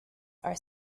are